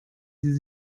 sie